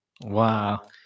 Wow